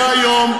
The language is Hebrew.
כי היום,